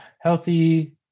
healthy